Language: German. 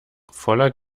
voller